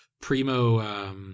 Primo